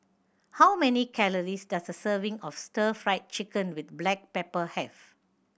how many calories does a serving of Stir Fried Chicken with black pepper have